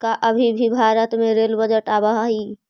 का अभी भी भारत में रेल बजट आवा हई